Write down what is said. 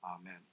Amen